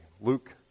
Luke